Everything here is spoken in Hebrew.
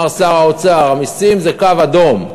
אמר שר האוצר: המסים זה קו אדום.